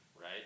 right